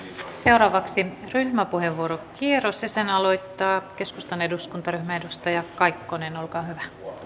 seuraavaksi ryhmäpuheenvuorokierros ja sen aloittaa keskustan eduskuntaryhmä edustaja kaikkonen olkaa hyvä arvoisa